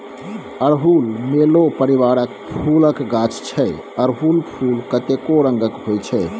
अड़हुल मेलो परिबारक फुलक गाछ छै अरहुल फुल कतेको रंगक होइ छै